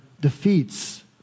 defeats